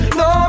no